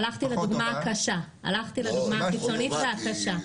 הלכתי לדוגמה קשה, דוגמה קיצונית וקשה.